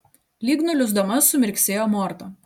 lyg nuliūsdama sumirksėjo morta